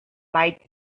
might